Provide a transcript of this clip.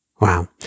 Wow